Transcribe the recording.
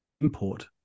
import